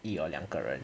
一 or 两个人